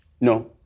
No